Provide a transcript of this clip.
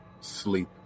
sleep